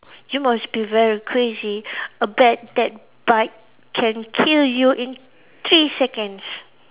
you must be very crazy a bat that bite can kill you in three seconds